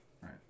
right